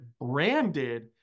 branded